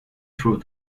through